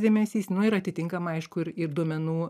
dėmesys nu ir atitinkamai aišku ir ir duomenų